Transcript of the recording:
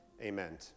Amen